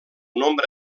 nombre